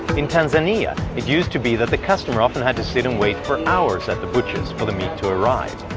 in tanzania, it used to be that the customer often had to sit and wait for hours at the butcher's for the meat to arrive.